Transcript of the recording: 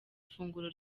ifunguro